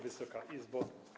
Wysoka Izbo!